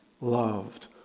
loved